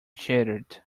shattered